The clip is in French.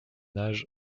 âge